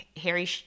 Harry